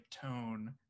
tone